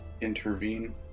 intervene